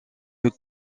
eut